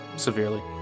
severely